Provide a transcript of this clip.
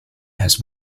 has